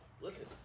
Listen